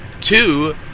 two